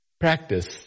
practice